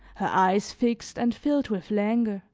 her eyes fixed and filled with languor.